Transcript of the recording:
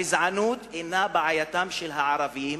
הגזענות אינה בעייתם של הערבים,